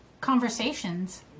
conversations